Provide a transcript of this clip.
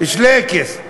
שלייקעס.